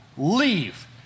leave